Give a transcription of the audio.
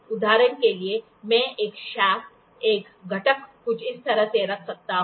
उदाहरण के लिए मैं एक शाफ्ट एक घटक कुछ इस तरह से रख सकता हूं